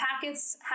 packets